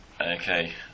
Okay